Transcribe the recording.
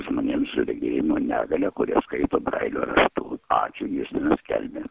žmonėms su regėjimo negalia kurie skaito brailio raštu ačiū justinas kelmė